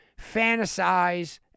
fantasize